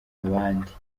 abandi